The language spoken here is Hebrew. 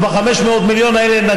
ואת ה-500 מיליון האלה,